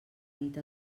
nit